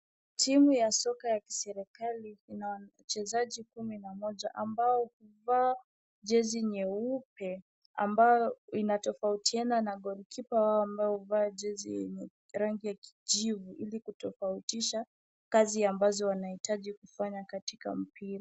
Timu ya soka ya kiserikali ina wachezaji kumi na moja ambao wamevaa jezi nyeupe ambayo inatofautiana na goalkeeper wao, ambaye huvaa jezi yenye rangi ya kijivu ili kutofautisha kazi ambazo wanahitaji kufanya katika mpira.